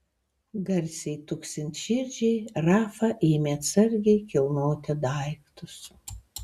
garsiai tuksint širdžiai rafa ėmė atsargiai kilnoti daiktus